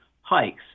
hikes